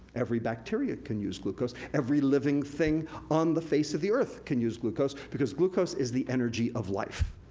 every bacteria can use glucose, every living thing on the face of the earth can use glucose, because glucose is the energy of life.